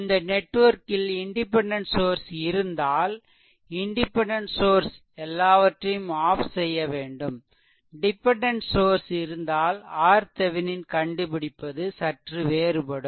அந்த நெட்வொர்க்கில் independent source இருந்தால் இண்டிபெண்டென்ட் சோர்ஸ் எல்லாவற்றையும் ஆஃப் செய்யவேண்டும் டிபெண்டென்ட் சோர்ஸ் இருந்தால் RThevenin கண்டுபிடிப்பது சற்று வேறுபடும்